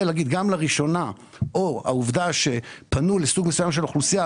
להגיד גם לראשונה או העובדה שפנו לסוג מסוים של אוכלוסייה,